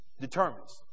determines